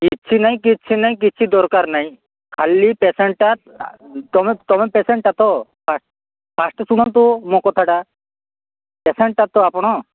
କିଛି ନାଇଁ କିଛି ନାଇଁ କିଛି ଦରକାର ନାଇଁ ଖାଲି ପେସେଣ୍ଟଟା ତୁମେ ତୁମେ ପେସେଣ୍ଟଟା ତ ଫାଷ୍ଟ ଫାଷ୍ଟ ଶୁଣନ୍ତୁ ମୋ କଥାଟା ପେସେଣ୍ଟଟା ତ ଆପଣ